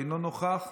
אינו נוכח,